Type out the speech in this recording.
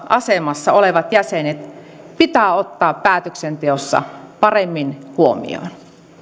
asemassa olevat jäsenet pitää ottaa päätöksenteossa paremmin huomioon